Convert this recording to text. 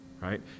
right